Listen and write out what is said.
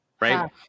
Right